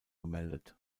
gemeldet